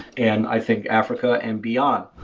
and i think africa and beyond.